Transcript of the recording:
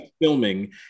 filming